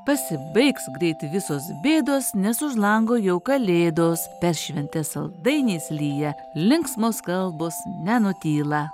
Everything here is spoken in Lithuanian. pasibaigs greit visos bėdos nes už lango jau kalėdos per šventes saldainiais lyja linksmos kalbos nenutyla